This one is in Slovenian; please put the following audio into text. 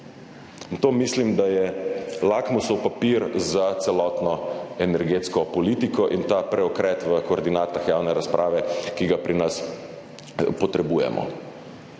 to mislim, da je lakmusov papir za celotno energetsko politiko, in ta preokret v koordinatah javne razprave, ki ga pri nas potrebujemo.